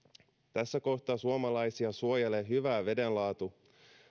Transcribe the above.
tässä kohtaa suomalaisia suojelee hyvä veden laatu